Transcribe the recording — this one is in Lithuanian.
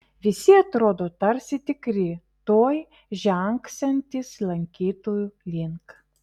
visi atrodo tarsi tikri tuoj žengsiantys lankytojų link